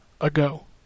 ago